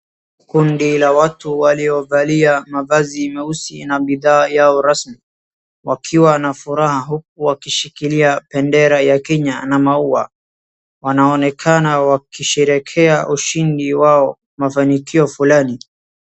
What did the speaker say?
Kundi la watu waliovalia mavazi meusi na bidhaa yao rasmi wakiwa na furaha uku wakishikilia bendera ya Kenya na maua. Wanaonekana wakisherehekea ushindi wao, mafanikio fulani.